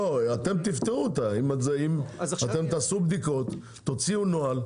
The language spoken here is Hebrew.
לא, אתם תפתרו אותה אם תעשו בדיקות ותוציאו נוהל.